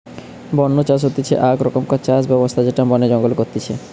বন্য চাষ হতিছে আক রকমকার চাষ ব্যবস্থা যেটা বনে জঙ্গলে করতিছে